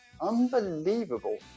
Unbelievable